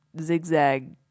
zigzag